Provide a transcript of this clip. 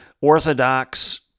orthodox